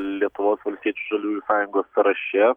lietuvos valstiečių žaliųjų sąjungos sąraše